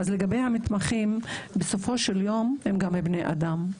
לגבי המתמחים, בסופו של יום, גם הם בני אדם.